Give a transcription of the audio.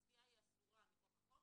הצפייה היא אסורה מכוח החוק,